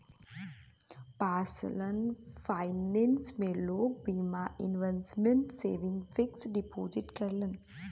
personal finance में लोग बीमा, इन्वेसमटमेंट, सेविंग, फिक्स डिपोजिट करलन